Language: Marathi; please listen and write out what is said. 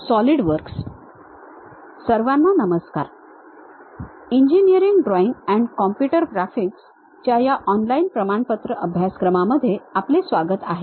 सर्वांना नमस्कार engineering drawing and computer graphics च्या या ऑनलाईन प्रमाणपत्र अभ्यासक्रमामध्ये आपले स्वागत आहे